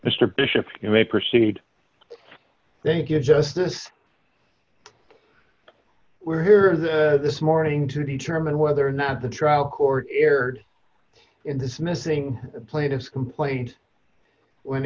mr bishop you may proceed thank you justice we're here this morning to determine whether or not the trial court erred in this missing plane of complaint when